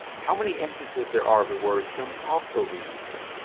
how many instances there are of a word can also be useful.